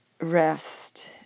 rest